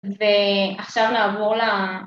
ועכשיו נעבור ל...